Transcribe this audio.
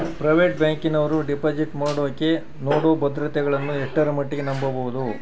Private ಬ್ಯಾಂಕಿನವರು deposit ಮಾಡೋಕೆ ನೇಡೋ ಭದ್ರತೆಗಳನ್ನು ಎಷ್ಟರ ಮಟ್ಟಿಗೆ ನಂಬಬಹುದು?